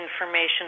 information